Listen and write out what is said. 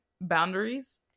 boundaries